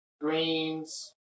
greens